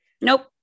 Nope